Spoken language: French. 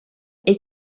est